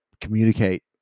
Communicate